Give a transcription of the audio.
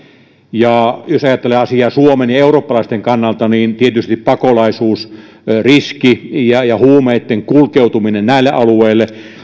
jos ajattelee asiaa suomen ja eurooppalaisten kannalta niin tietysti pakolaisuusriski ja ja huumeitten kulkeutuminen näille alueille